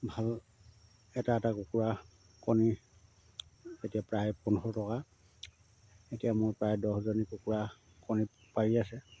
ভাল এটা এটা কুকুৰা কণী এতিয়া প্ৰায় পোন্ধৰ টকা এতিয়া মোৰ প্ৰায় দহজনী কুকুৰা কণী পাৰি আছে